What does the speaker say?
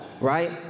Right